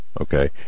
okay